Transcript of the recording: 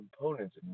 components